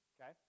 Okay